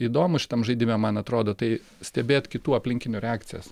įdomu šitam žaidime man atrodo tai stebėt kitų aplinkinių reakcijas